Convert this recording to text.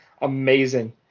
amazing